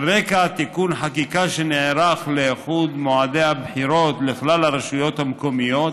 על רקע תיקון חקיקה שנערך לאיחוד מועדי הבחירות לכלל הרשויות המקומיות,